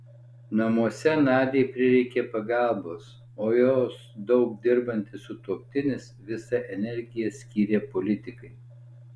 namuose nadiai prireikė pagalbos o jos daug dirbantis sutuoktinis visą energiją skyrė politikai